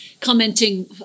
commenting